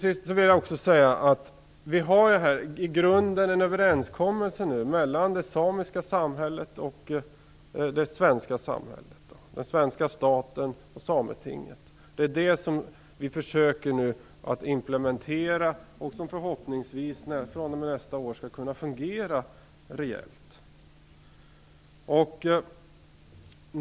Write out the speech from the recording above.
Jag vill också säga att vi i grunden har en överenskommelse mellan det samiska samhället och det svenska samhället, mellan Sametinget och den svenska staten. Det försöker vi nu implementera och förhoppningsvis kan det fr.o.m. nästa år fungera reellt.